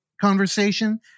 conversation